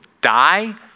die